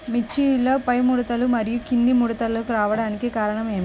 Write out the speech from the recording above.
మిర్చిలో పైముడతలు మరియు క్రింది ముడతలు రావడానికి కారణం ఏమిటి?